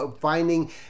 finding